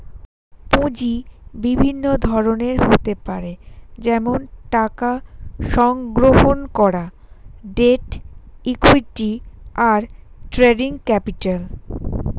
পুঁজি বিভিন্ন ধরনের হতে পারে যেমন টাকা সংগ্রহণ করা, ডেট, ইক্যুইটি, আর ট্রেডিং ক্যাপিটাল